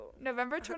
November